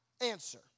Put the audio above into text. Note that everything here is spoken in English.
answer